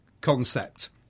concept